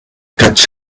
catch